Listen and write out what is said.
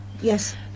Yes